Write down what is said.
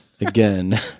Again